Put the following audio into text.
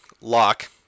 lock